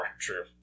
True